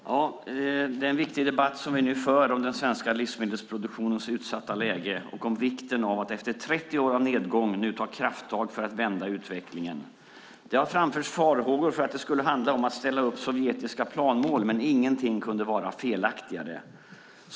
Fru talman! Den är en viktig debatt som vi nu för om den svenska livsmedelsproduktionens utsatta läge och om vikten av att efter 30 år av nedgång ta krafttag för att vända utvecklingen. Det har framförts farhågor för att det skulle handla om att ställa upp sovjetiska planmål, men ingenting kunde vara felaktigare.